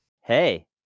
Hey